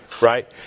right